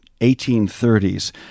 1830s